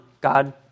God